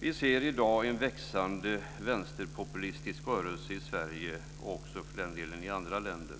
Vi ser i dag en växande vänsterpopulistisk rörelse i Sverige, och för den delen även i andra länder.